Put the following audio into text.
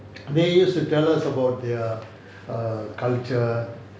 they use to tell us about their err culture